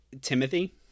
Timothy